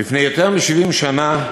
לפני יותר מ-70 שנה,